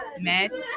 met